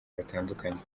batandukanye